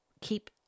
keep